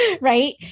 right